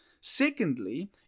Secondly